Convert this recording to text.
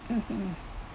mmhmm